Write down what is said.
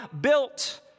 built